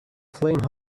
flame